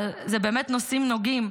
אלה באמת נושאים נוגעים.